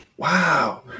wow